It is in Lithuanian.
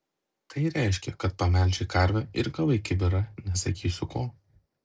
tai reiškia kad pamelžei karvę ir gavai kibirą nesakysiu ko